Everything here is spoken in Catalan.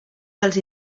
dels